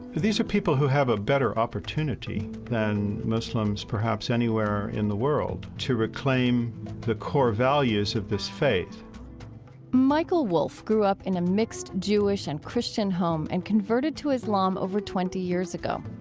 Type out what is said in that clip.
these are people who have a better opportunity than muslims, perhaps, anywhere in the world to reclaim the core values of this faith michael wolfe grew up in a mixed jewish and christian home and converted to islam over twenty years ago.